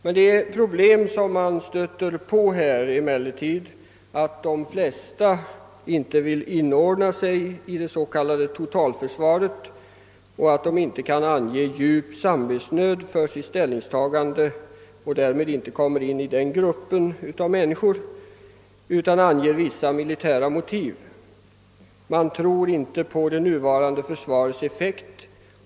Ett problem som man stöter på i sammanhanget är att de flesta som vägrar värnplikt inte vill inordna sig i det så kallade totalförsvaret, men ändå inte kan ange djup samvetsnöd som skäl för sitt ställningstagande. Därmed befinner de sig inte inom den grupp som kan ange sådana motiv, utan de åberopar endast vissa militära motiv, såsom att de inte tror på det nuvarande försvarets effekt.